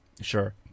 sure